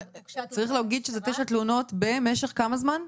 תשע תלונות במשך כמה זמן?